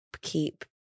keep